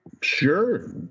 Sure